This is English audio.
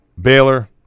Baylor